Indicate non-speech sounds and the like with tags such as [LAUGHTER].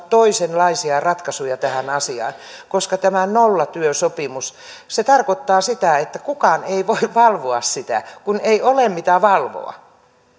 [UNINTELLIGIBLE] toisenlaisia ratkaisuja tähän asiaan koska tämä nollatyösopimus tarkoittaa sitä että kukaan ei voi valvoa kun ei ole mitä valvoa